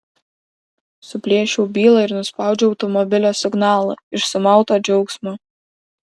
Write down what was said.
suplėšiau bylą ir nuspaudžiau automobilio signalą iš sumauto džiaugsmo